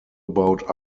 about